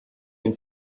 den